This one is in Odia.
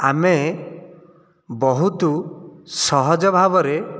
ଆମେ ବହୁତ ସହଜ ଭାବରେ